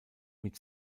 mit